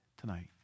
tonight